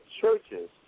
churches